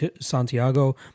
Santiago